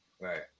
right